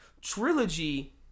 Trilogy